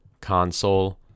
console